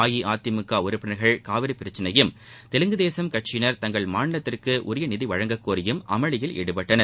அஇஅதிமுக உறுப்பினா்கள் காவிரி பிரச்சினையையும் தெலுங்கு தேசம் கட்சியினா் தங்கள் மாநிலத்துக்கு உரிய நிதி வழங்கக் கோரியும் அமளியில் ஈடுபட்டனர்